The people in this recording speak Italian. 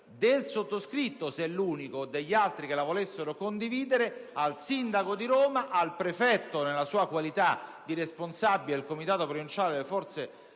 del sottoscritto, se è l'unico, e degli altri che la volessero condividere al sindaco di Roma, al prefetto, nella sua qualità di responsabile del Comitato provinciale per